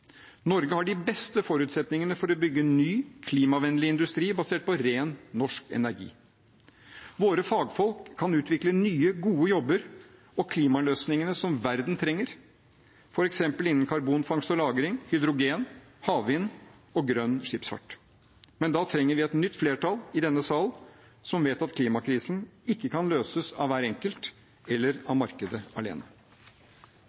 Norge har de beste forutsetningene for å bygge ny, klimavennlig industri basert på ren, norsk energi. Våre fagfolk kan utvikle nye, gode jobber og klimaløsningene som verden trenger, f.eks. innen karbonfangst og lagring, hydrogen, havvind og grønn skipsfart. Men da trenger vi et nytt flertall i denne sal som vet at klimakrisen ikke kan løses av hver enkelt eller av